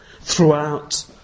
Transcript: throughout